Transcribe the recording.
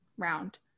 round